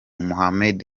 muhammed